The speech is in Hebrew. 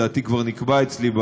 לדעתי כבר נקבע אצלי,